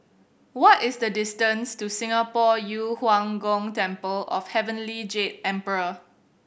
what is the distance to Singapore Yu Huang Gong Temple of Heavenly Jade Emperor